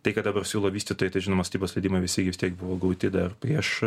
tai ką tau tau siūlo vystytojai tai žinomas tipas leidimai visi vis tiek buvo gauti dar prieš